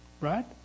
Right